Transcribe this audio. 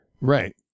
Right